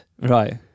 right